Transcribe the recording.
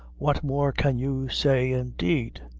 what more can you say, indeed!